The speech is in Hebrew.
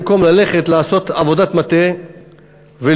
במקום ללכת לעשות עבודת מטה ולבדוק